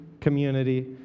community